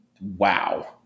wow